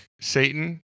Satan